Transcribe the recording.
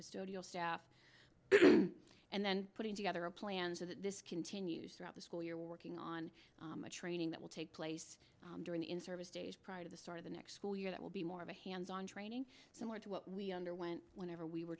custodial staff and then putting together a plan so that this continues throughout the school year working on the training that will take place during the in service days prior to the start of the next school year that will be more of a hands on training similar to what we underwent whenever we were